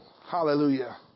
Hallelujah